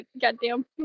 Goddamn